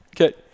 Okay